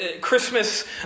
Christmas